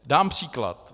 Dám příklad.